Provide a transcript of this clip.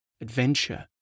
adventure